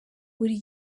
buri